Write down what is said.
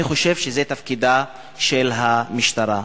אני חושב שזה תפקידה של המשטרה.